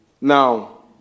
Now